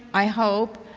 i hope,